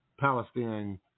Palestinian